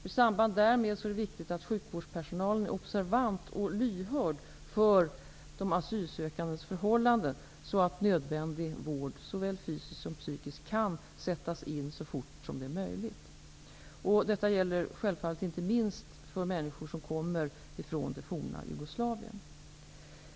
I samband därmed är det viktigt att sjukvårdspersonalen är observant och lyhörd för de asylsökandes förhållanden så att nödvändig vård, såväl fysisk som psykisk, kan sättas in så fort som möjligt. Detta gäller självfallet inte minst för människor som kommer från det forna Jugoslavien.